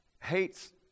hates